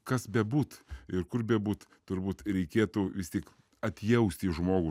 kas bebūt ir kur bebūt turbūt reikėtų vis tik atjausti žmogų